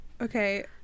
Okay